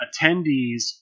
attendees